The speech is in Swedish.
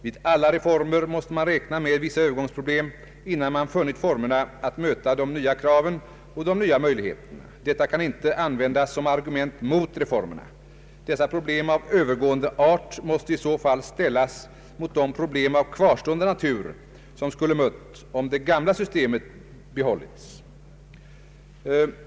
Vid alla reformer måste man räkna med vissa övergångsproblem, innan man funnit formerna att möta de nya kraven och de nya möjligheterna. Detta kan inte användas som argument mot reformerna; dessa problem av övergående art måste i så fall ställas mot de problem av kvarstående natur, som skulle mött om det gamla systemet behållits.